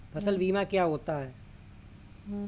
फसल बीमा क्या होता है?